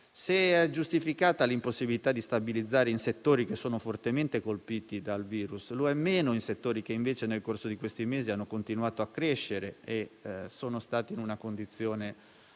Se è giustificata l'impossibilità di stabilizzare in settori che sono fortemente colpiti dal virus, lo è meno in settori che, invece, nel corso di questi mesi hanno continuato a crescere e sono stati in una condizione